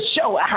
show